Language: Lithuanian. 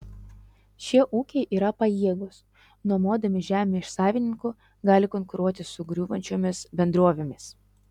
šie ūkiai yra pajėgūs nuomodami žemę iš savininkų gali konkuruoti su griūvančiomis bendrovėmis